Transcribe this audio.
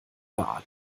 beatmen